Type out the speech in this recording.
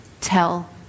tell